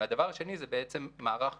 והדבר השני זה מערך של הכשרה.